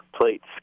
plates